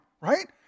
right